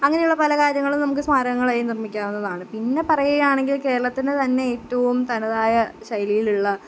അങ്ങനെയുള്ള പല കാര്യങ്ങളും നമുക്ക് സ്മാരകങ്ങളായി നിർമ്മിക്കാവുന്നതാണ് പിന്നെ പറയുകയാണെങ്കിൽ കേരളത്തിന് തന്നെ ഏറ്റവും തനതായ ശൈലിയിലുള്ള